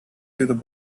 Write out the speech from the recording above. through